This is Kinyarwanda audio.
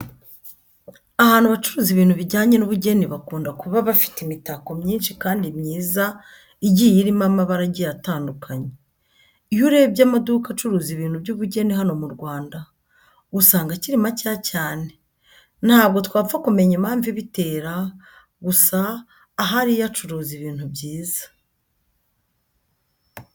Ahantu bacuruza ibintu bijyanye n'ubugeni bakunda kuba bafite imitako myinshi kandi myiza igiye irimo amabara agiye atandukanye. Iyo urebye amaduka acuruza ibintu by'ubugeni hano mu Rwanda usanga akiri makeya cyane. Ntabwo twapfa kumenya impamvu ibitera gusa ahari yo acuruza ibintu byiza.